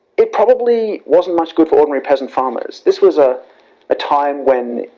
it probably wasn't much good for ordinary peasant farmers this was a ah time when,